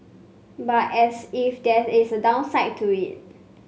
but as if there is a downside to that